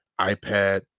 iPad